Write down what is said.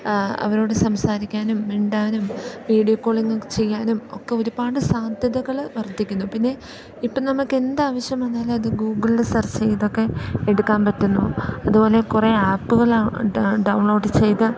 അവരോട് സംസാരിക്കാനും മിണ്ടാനും വീഡിയോ കോളിംഗും ഒക്കെ ചെയ്യാനും ഒക്കെ ഒരുപാട് സാധ്യതകൾ വർദ്ധിക്കുന്നു പിന്നെ ഇപ്പം നമുക്കെന്ത് ആവശ്യം വന്നാലും അത് ഗൂഗ്ൾൽ സെർച്ച് ചെയ്തൊക്കെ എടുക്കാൻ പറ്റുന്നു അതുപോലെ കുറേ ആപ്പുകളാ ഡൗൺലോഡ് ചെയ്ത്